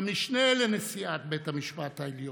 האיום הגדול האורב לנו הוא מבית", המשיך הרצוג.